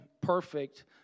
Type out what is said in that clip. perfect